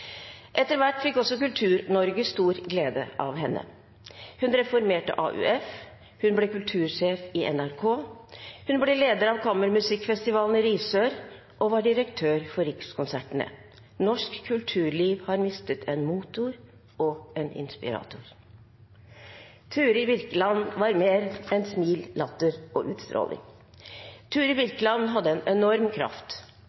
Etter hvert fikk også Kultur-Norge stor glede av henne. Hun reformerte AUF. Hun ble kultursjef i NRK. Hun ble leder av kammermusikkfestivalen i Risør og var direktør for Rikskonsertene. Norsk kulturliv har mistet en motor og en inspirator. Turid Birkeland var mer enn smil, latter og utstråling.